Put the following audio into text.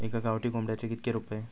एका गावठी कोंबड्याचे कितके रुपये?